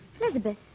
Elizabeth